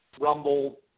Rumble